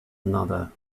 another